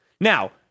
Now